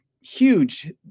huge